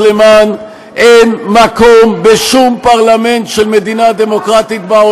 אנשים ששוחטים ילדים במיטותיהם,